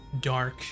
dark